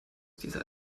dieser